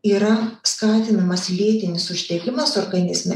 yra skatinamas lėtinis uždegimas organizme